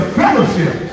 fellowship